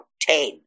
ten